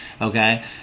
Okay